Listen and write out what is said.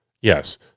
yes